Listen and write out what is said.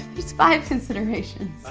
there's five considerations.